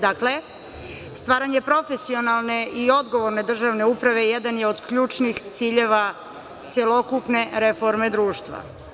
Dakle, stvaranje profesionalne i odgovorne državne uprave jedan je od ključnih ciljeva celokupne reforme društva.